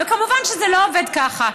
וכמובן שזה לא עובד ככה.